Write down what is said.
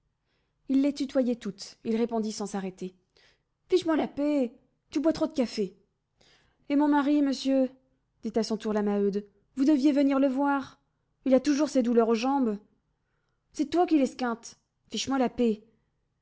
il les tutoyait toutes il répondit sans s'arrêter fiche moi la paix tu bois trop de café et mon mari monsieur dit à son tour la maheude vous deviez venir le voir il a toujours ses douleurs aux jambes c'est toi qui l'esquintes fiche moi la paix